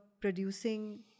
producing